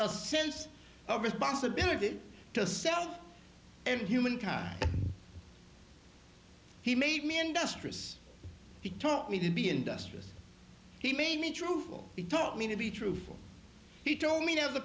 a sense of responsibility to self and humankind he made me industrious he taught me to be industrious he made me truthful he taught me to be truthful he told me of the